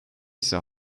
ise